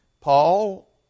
paul